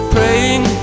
Praying